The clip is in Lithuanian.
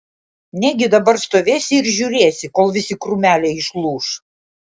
negi dabar stovėsi ir žiūrėsi kol visi krūmeliai išlūš